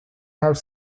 have